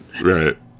Right